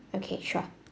okay sure